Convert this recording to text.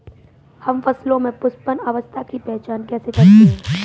हम फसलों में पुष्पन अवस्था की पहचान कैसे करते हैं?